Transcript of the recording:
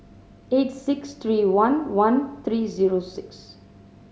eight six three one one three zero six